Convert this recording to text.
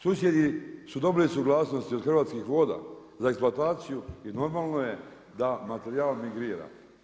Susjedi su dobili suglasnost od Hrvatskih voda za eksploataciju i normalno da je materijal migrira.